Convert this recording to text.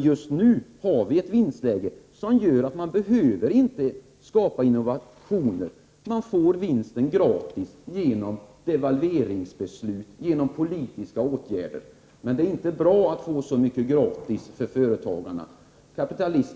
Just nu har vi ett vinstläge som innebär att man inte behöver skapa innovationer. Man får vinsten gratis genom devalveringsbeslut, genom politiska åtgärder. Men det är inte bra för företagarna att få så mycket gratis.